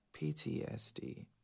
PTSD